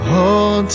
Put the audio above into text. Hold